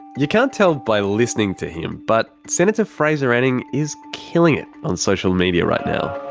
you can't tell by listening to him but senator fraser anning is killing it on social media right now.